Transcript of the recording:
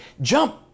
jump